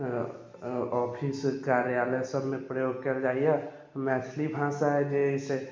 office कार्यालय सबमे प्रयोग कयल जाइए मैथिली भाषा जे है से